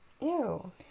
Ew